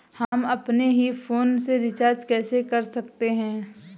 हम अपने ही फोन से रिचार्ज कैसे कर सकते हैं?